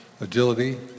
agility